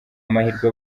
amahirwe